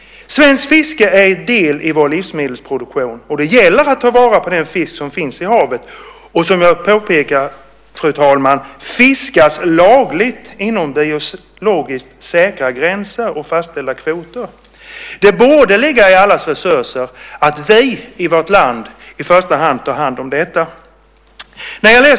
Svenskt fiske är en del i vår livsmedelsproduktion. Det gäller att ta vara på den fisk som finns i havet och som jag påpekar fiskas lagligt inom biologiskt säkra gränser och fastställda kvoter. Det borde ligga i allas intresse att vi i vårt land i första hand tar hand om detta.